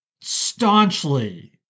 staunchly